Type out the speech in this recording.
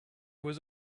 was